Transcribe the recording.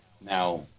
now